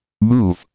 move